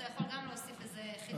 אתה יכול גם להוסיף איזה חידוש.